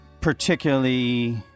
particularly